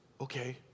okay